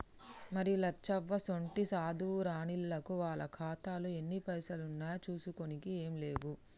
మరి లచ్చవ్వసోంటి సాధువు రానిల్లకు వాళ్ల ఖాతాలో ఎన్ని పైసలు ఉన్నాయో చూసుకోనికే ఏం లేవు